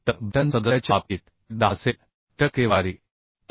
तर बॅटन सदस्याच्या बाबतीत ते 10 टक्केवारी असेल